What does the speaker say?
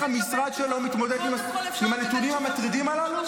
המשרד שלו מתמודד עם הנתונים המטרידים הללו?